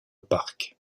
parc